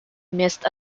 missed